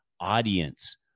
audience